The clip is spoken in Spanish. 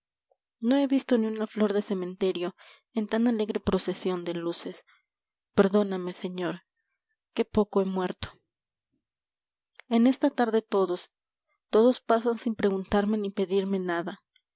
no he visto ni una flor de cementerio en tan alegre procesión de luces perdóname señor qué poco he muertu en esta tarde todos todos pasan sin preguntarme ni pedirme nada